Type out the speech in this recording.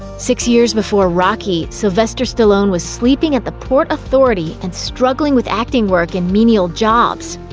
six years before rocky, sylvester stallone was sleeping at the port authority and struggling with acting work and menial jobs.